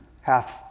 half